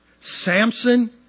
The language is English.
Samson